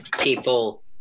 people